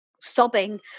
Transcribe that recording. sobbing